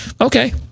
Okay